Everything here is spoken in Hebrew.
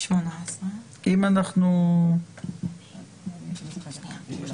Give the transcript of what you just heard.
לפעמים זה במשאל, כשצריך.